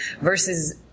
versus